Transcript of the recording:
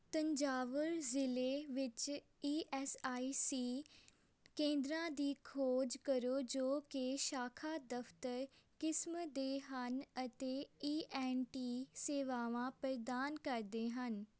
ਤੰਜਾਵੁਰ ਜ਼ਿਲ੍ਹੇ ਵਿੱਚ E S I C ਕੇਂਦਰਾਂ ਦੀ ਖੋਜ ਕਰੋ ਜੋ ਕਿ ਸ਼ਾਖਾ ਦਫ਼ਤਰ ਕਿਸਮ ਦੇ ਹਨ ਅਤੇ ਈ ਐੱਨ ਟੀ ਸੇਵਾਵਾਂ ਪ੍ਰਦਾਨ ਕਰਦੇ ਹਨ